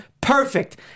Perfect